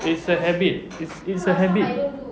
it's a habit it's it's a habit